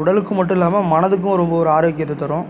உடலுக்கும் மட்டும் இல்லாமல் மனதுக்கும் ஒரு ஆரோக்கியத்தை தரும்